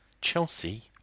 Chelsea